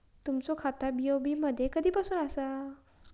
तुमचा खाता बी.ओ.बी मध्ये कधीपासून आसा?